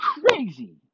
crazy